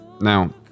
Now